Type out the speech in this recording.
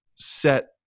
set